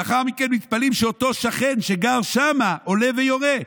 לאחר מכן מתפלאים שאותו שכן שגר שם עולה ויורה,